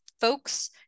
folks